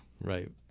Right